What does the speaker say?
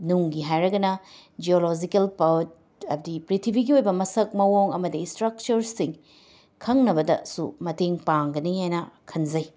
ꯅꯨꯡꯒꯤ ꯍꯥꯏꯔꯒꯅ geological part ꯍꯥꯏꯕꯗꯤ ꯄ꯭ꯔꯤꯊꯤꯕꯤꯒꯤ ꯑꯣꯏꯕ ꯃꯁꯛ ꯃꯑꯣꯡ ꯑꯃꯗꯤ ꯁ꯭ꯇ꯭ꯔꯛꯆꯔꯁꯤꯡ ꯈꯪꯅꯕꯗꯁꯨ ꯃꯇꯦꯡ ꯄꯥꯡꯒꯅꯤ ꯍꯥꯏꯅ ꯈꯟꯖꯩ